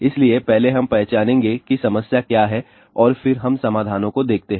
इसलिए पहले हम पहचानेंगे कि समस्याएं क्या हैं और फिर हम समाधानों को देखते हैं